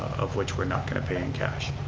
of which we're not going to pay in cash.